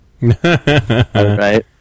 Right